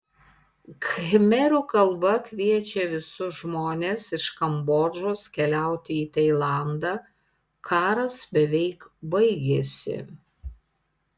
khmerų kalba kviečia visus žmones iš kambodžos keliauti į tailandą karas beveik baigėsi